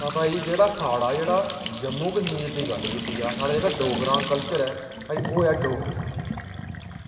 तां भाई जेह्ड़ा साढ़ा जेह्ड़ा जम्मू कश्मीर दी गल्ल कीती जा साढ़े इक डोगरें दा कल्चर ऐ भाई ओह् ऐ डोगरी